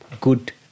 good